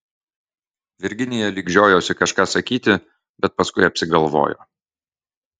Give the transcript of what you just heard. virginija lyg žiojosi kažką sakyti bet paskui apsigalvojo